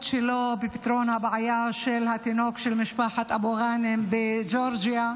שלו בפתרון הבעיה של התינוק של משפחת אבו גאנם בג'ורג'יה.